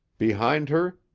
behind her,